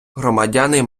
громадяни